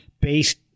based